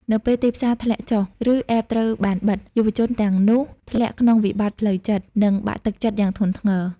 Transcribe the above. នៅពេលទីផ្សារធ្លាក់ចុះ ឬ App ត្រូវបានបិទ យុវជនទាំងនោះធ្លាក់ក្នុងវិបត្តិផ្លូវចិត្ត និងបាក់ទឹកចិត្តយ៉ាងធ្ងន់ធ្ងរ។